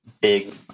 big